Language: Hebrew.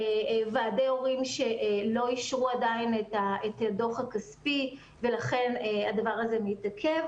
ועדי הורים שלא אישרו עדיין את הדוח הכספי ולכן הדבר הזה מתעכב.